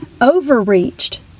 overreached